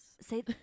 Say